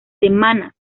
semanas